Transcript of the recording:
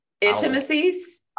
intimacies